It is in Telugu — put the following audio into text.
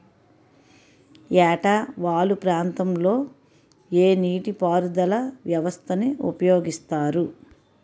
ఏట వాలు ప్రాంతం లొ ఏ నీటిపారుదల వ్యవస్థ ని ఉపయోగిస్తారు?